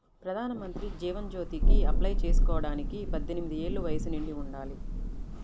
ప్రధానమంత్రి జీవన్ జ్యోతికి అప్లై చేసుకోడానికి పద్దెనిది ఏళ్ళు వయస్సు నిండి ఉండాలి